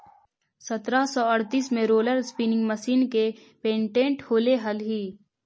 सत्रह सौ अड़तीस में रोलर स्पीनिंग मशीन के पेटेंट होले हलई